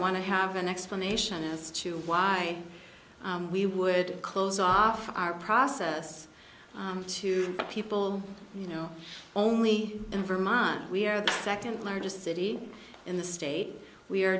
want to have an explanation as to why we would close off our process to people you know only in vermont we are the second largest city in the state we are